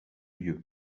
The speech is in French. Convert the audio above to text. lieu